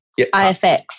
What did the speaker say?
IFX